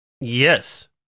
Yes